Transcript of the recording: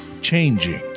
changing